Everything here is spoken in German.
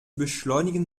beschleunigen